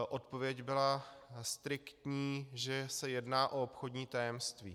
Odpověď byla striktní, že se jedná o obchodní tajemství.